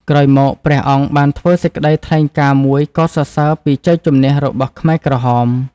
ក្រោយមក ព្រះអង្គបានធ្វើសេចក្តីថ្លែងការណ៍មួយកោតសរសើរពីជ័យជម្នះរបស់ខ្មែរក្រហម។